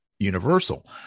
universal